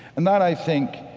and that, i think,